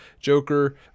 Joker